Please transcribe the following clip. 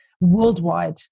worldwide